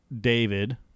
David